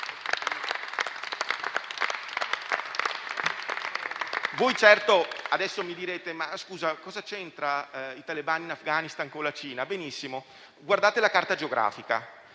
Di certo adesso vi starete chiedendo che cosa c'entrano i talebani in Afghanistan con la Cina. Benissimo, guardate la carta geografica